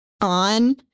on